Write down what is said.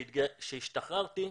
כשהשתחררתי,